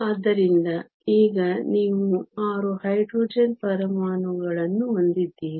ಆದ್ದರಿಂದ ಈಗ ನೀವು 6 ಹೈಡ್ರೋಜನ್ ಪರಮಾಣುಗಳನ್ನು ಹೊಂದಿದ್ದೀರಿ